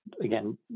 Again